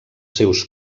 seus